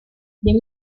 les